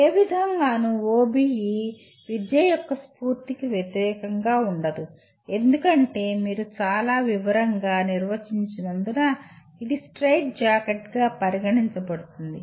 ఏ విధంగానూ OBE విద్య యొక్క స్ఫూర్తికి వ్యతిరేకంగా ఉండదు ఎందుకంటే మీరు చాలా వివరంగా నిర్వచించినందున ఇది స్ట్రెయిట్ జాకెట్గా పరిగణించబడుతుంది